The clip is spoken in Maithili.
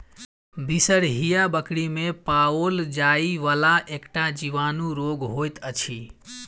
बिसरहिया बकरी मे पाओल जाइ वला एकटा जीवाणु रोग होइत अछि